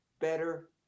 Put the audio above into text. better